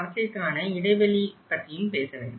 அவற்றிற்கான இடைவெளி பற்றியும் பேச வேண்டும்